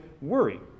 worry